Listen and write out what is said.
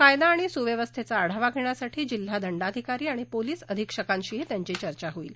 कायदा आणि सुव्यवस्थेचा आढावा घेण्यासाठी जिल्हा दंडाधिकारी आणि पोलिस अधिक्षकांशीही त्यांची चर्चा होईल